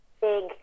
big